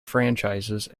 franchises